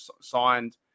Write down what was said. signed